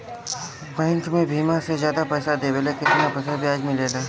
बीमा में बैंक से ज्यादा पइसा देवेला का कितना प्रतिशत ब्याज मिलेला?